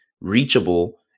reachable